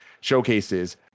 showcases